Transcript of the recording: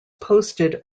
posted